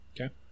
Okay